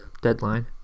deadline